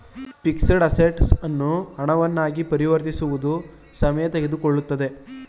fixed assets ಅನ್ನು ಹಣವನ್ನ ಆಗಿ ಪರಿವರ್ತಿಸುವುದು ಸಮಯ ತೆಗೆದುಕೊಳ್ಳುತ್ತದೆ